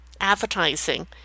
advertising